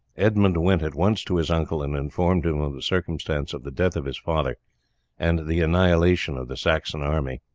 edmund went at once to his uncle and informed him of the circumstance of the death of his father and the annihilation of the saxon army.